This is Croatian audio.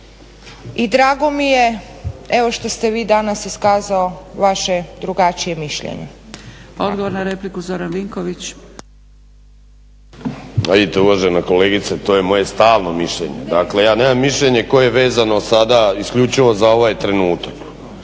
I drago mi je što te vi danas iskazao vaše drugačije mišljenje. **Zgrebec, Dragica (SDP)** Odgovor na repliku Zoran Vinković. **Vinković, Zoran (HDSSB)** Vidite uvažena kolegice to je moje stalno mišljenje. Dakle ja nemam mišljenje koje je vezano sada isključivo za ovaj trenutak.